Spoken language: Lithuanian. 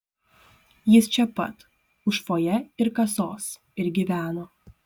jis čia pat už fojė ir kasos ir gyveno